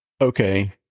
Okay